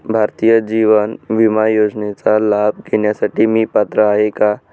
भारतीय जीवन विमा योजनेचा लाभ घेण्यासाठी मी पात्र आहे का?